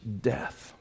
death